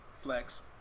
Flex